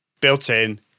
built-in